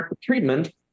treatment